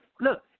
Look